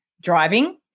driving